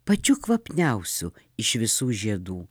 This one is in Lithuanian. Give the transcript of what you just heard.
pačiu kvapniausiu iš visų žiedų